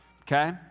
okay